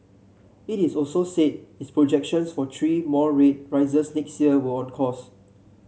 it is also said its projections for three more rate rises next year were on course